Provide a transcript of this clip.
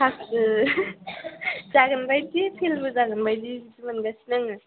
फासबो जागोनबायदि फेलबो जागोनबायदि मोनगासिनो आङो